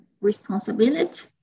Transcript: responsibility